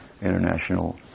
international